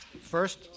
First